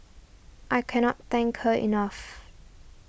I cannot thank her enough